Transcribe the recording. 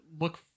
look